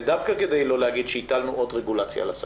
ודווקא כדי לא להגיד שהטלנו עוד רגולציה על עסקים,